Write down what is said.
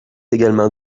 également